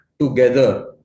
together